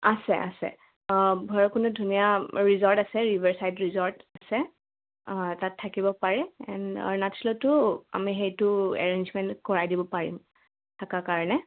আছে আছে ভৈৰৱকুণ্ডত ধুনীয়া ৰিজৰ্ট আছে ৰিভাৰ চাইড ৰিজৰ্ট আছে তাত থাকিব পাৰে এণ্ড অৰুণাচলতো আমি সেইটো এৰেঞ্জমেণ্ট কৰাই দিব পাৰিম থকাৰ কাৰণে